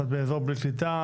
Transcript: את באזור בלי קליטה,